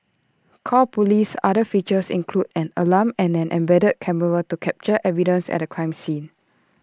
call police's other features include an alarm and an embedded camera to capture evidence at A crime scene